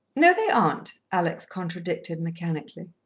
no, they aren't, alex contradicted mechanically.